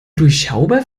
durchschaubar